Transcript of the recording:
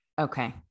Okay